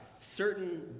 certain